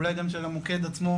אולי גם של המוקד עצמו,